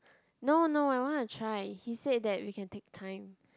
no no I wanna try he said that we can take time